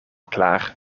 klaar